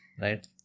right